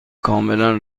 کاملا